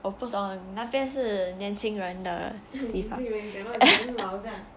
我不懂那边是年轻人的地方